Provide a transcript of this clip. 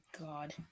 God